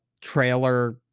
trailer